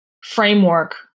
framework